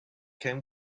can